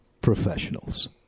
professionals